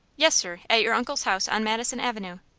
yes, sir. at your uncle's house on madison avenue.